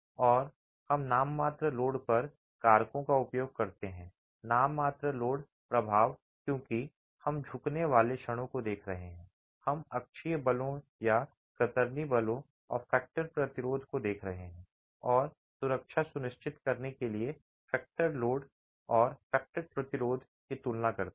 और हम नाममात्र लोड पर कारकों का उपयोग करते हैं नाममात्र लोड प्रभाव क्योंकि हम झुकने वाले क्षणों को देख रहे हैं हम अक्षीय बलों या कतरनी बलों और फैक्टरेड प्रतिरोध को देख रहे हैं और सुरक्षा सुनिश्चित करने के लिए फैक्टरेड लोड और फैक्टरेड प्रतिरोध की तुलना करते हैं